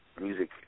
music